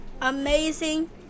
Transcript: Amazing